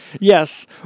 yes